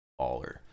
baller